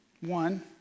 one